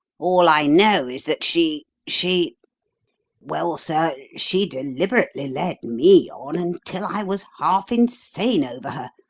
all i know is that she she well, sir, she deliberately led me on until i was half insane over her,